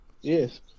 Yes